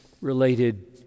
related